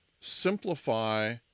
simplify